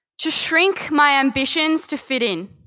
to shrink my ambitions to fit in,